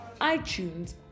iTunes